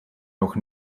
noch